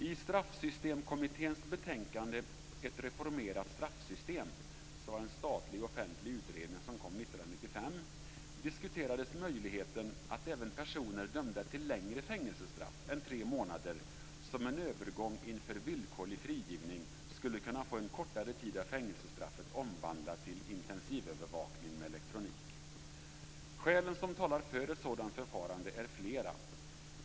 I Straffsystemkommitténs betänkande Ett reformerat straffsystem, som var en statlig offentlig utredning som kom 1995, diskuterades möjligheten att även personer dömda till längre fängelsestraff än tre månader som en övergång inför villkorlig frigivning skulle kunna få en kortare tid av fängelsestraffet omvandlat till intensivövervakning med elektronik. Skälen som talar för ett sådant förfarande är flera.